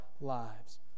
lives